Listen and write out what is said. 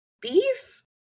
beef